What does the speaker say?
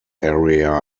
area